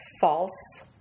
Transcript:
false